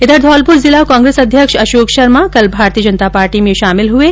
इधर धौलपुर जिला कांग्रेस अध्यक्ष अशोक शर्मा कल भारतीय जनता पार्टी में शामिल हो गये